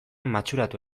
matxuratu